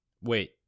Wait